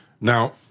Now